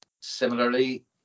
similarly